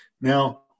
Now